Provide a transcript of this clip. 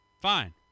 Fine